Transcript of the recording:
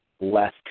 less